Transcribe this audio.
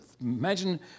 imagine